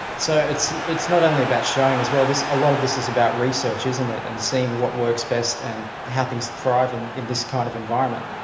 so it's it's not only about showing as well, a ah lot of this is about research, isn't it, and seeing what works best, and how things thrive and in this kind of environment.